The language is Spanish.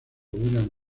william